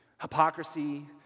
Hypocrisy